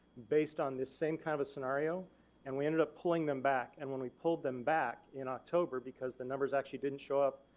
based on the same kind of scenario and we ended up pulling them back and when we pulled them back in october, because the numbers actually didn't show up,